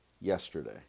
yesterday